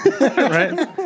Right